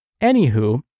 Anywho